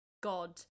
God